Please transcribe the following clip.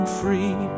free